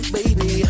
Baby